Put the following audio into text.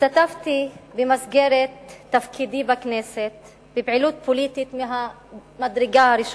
השתתפתי במסגרת תפקידי בכנסת בפעילות פוליטית מהמדרגה הראשונה,